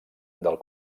del